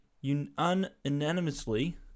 Unanimously